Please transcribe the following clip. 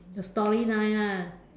the story line ah